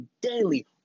daily